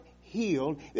healed